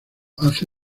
hace